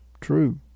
True